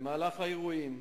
במהלך האירועים